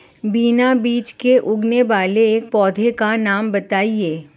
बिना बीज के उगने वाले एक पौधे का नाम बताइए